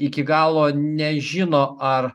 iki galo nežino ar